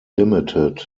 ltd